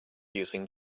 using